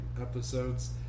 episodes